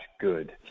good